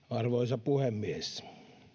arvoisa puhemies